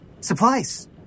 Supplies